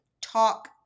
talk